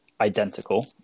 identical